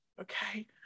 Okay